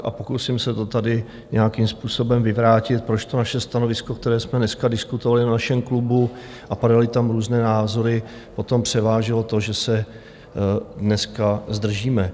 A pokusím se to tady nějakým způsobem vyvrátit, proč naše stanovisko, které jsme dneska diskutovali na našem klubu, a padaly tam různé názory, potom převážilo to, že se dneska zdržíme.